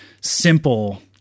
simple